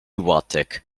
łatek